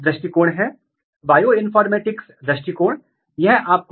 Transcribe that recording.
A B या B A को regulate करने वाला है